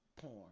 porn